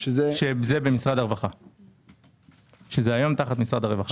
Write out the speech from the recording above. שנמצאת היום תחת משרד הרווחה.